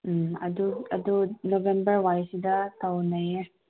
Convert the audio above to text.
ꯎꯝ ꯑꯗꯨ ꯑꯗꯨ ꯅꯕꯦꯝꯕꯔ ꯋꯥꯏꯁꯤꯗ ꯇꯧꯅꯩꯌꯦ